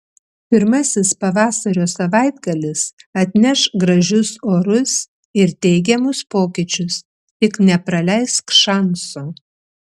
pirmasis pavasario savaitgalis atneš gražius orus ir teigiamus pokyčius tik nepraleisk šanso